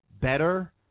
better